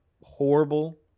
horrible